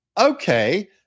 okay